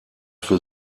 für